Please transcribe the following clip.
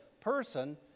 person